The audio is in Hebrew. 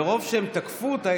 מרוב שהם תקפו אותה,